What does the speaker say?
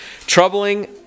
Troubling